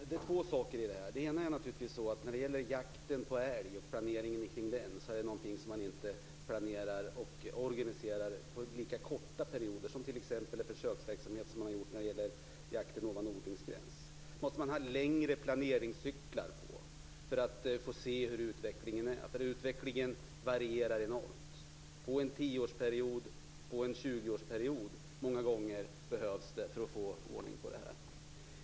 Herr talman! Det finns en del saker i det här. En gäller jakten på älg och planeringen kring denna. Det är naturligtvis inget som man planerar och organiserar på lika korta perioder som t.ex. den försöksverksamhet som man har gjort i fråga om jakten ovan odlingsgräns. Man måste ha längre planeringscyklar för att se hur utvecklingen är. Utvecklingen varierar enormt. Det behövs många gånger en tioårsperiod eller en tjugoårsperiod för att få ordning på det här.